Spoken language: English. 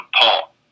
Paul